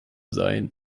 sein